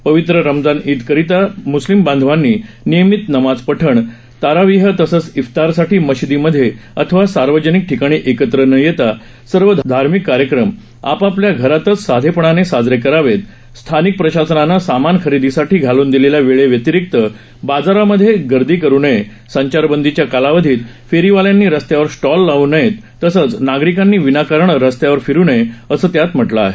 पवित्र रमजान ईद करीता मुस्लिम बांधवांनी नियमित नमाज पश्ण तरावीह तसेच इफ्तारसाधी मशिदीमध्ये अथवा सार्वजनिक शिकाणी एकत्र न येता सर्व धार्मिक कार्यक्रम आपआपल्या घरातचसाधेपणाने साजरे करावेत स्थानिक प्रशासनानं सामान खरेदीसाधी घालून दिलेल्या वेळे व्यतिरिक्त बाजारामध्ये गर्दी करु नये संचारबंदीच्या कालावधीत फेरीवाल्यांनी रस्त्यावर स्टॉल लावू नयेत तसंच नागरिकांनी विनाकारण रस्त्यावर फिरू नये असं यात म्हटलं आहे